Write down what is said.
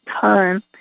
time